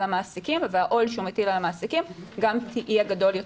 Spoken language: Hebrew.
המעסיקים והעול שהוא מטיל על המעסיקים גם יהיה גדול,